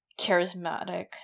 charismatic